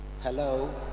Hello